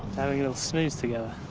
having a little snooze together.